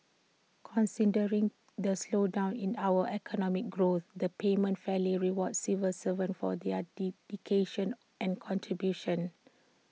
considering the slowdown in our economic growth the payment fairly rewards civil servants for their dedication and contributions